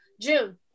June